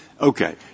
Okay